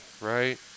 right